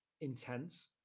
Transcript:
intense